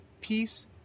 peace